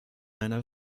einer